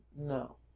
No